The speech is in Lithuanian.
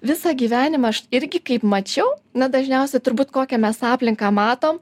visą gyvenimą aš irgi kaip mačiau na dažniausia turbūt kokią mes aplinką matom